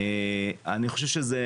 אין ספק שזה